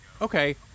okay